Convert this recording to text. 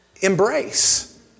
embrace